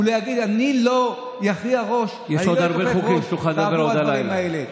יש עוד הרבה חוקים, ותוכל לדבר עוד הלילה.